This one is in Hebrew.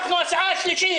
אנחנו הסיעה השלישית,